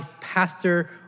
pastor